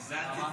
למה?